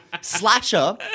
Slasher